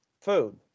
food